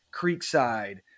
Creekside